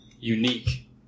unique